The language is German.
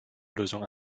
lösung